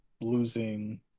losing